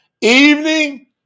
evening